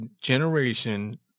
generation